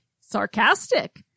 Sarcastic